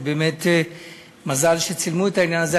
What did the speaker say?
ובאמת מזל שצילמו את העניין הזה.